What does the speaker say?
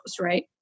Right